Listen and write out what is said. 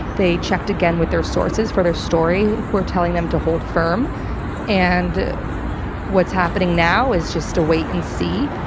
they checked again with their sources for their story, who are telling them to hold firm and what's happening now is just a wait and see.